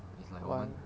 why